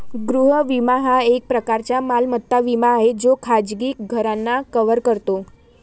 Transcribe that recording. गृह विमा हा एक प्रकारचा मालमत्ता विमा आहे जो खाजगी घरांना कव्हर करतो